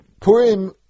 Purim